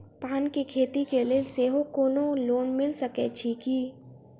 पान केँ खेती केँ लेल सेहो कोनो लोन मिल सकै छी की?